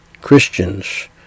Christians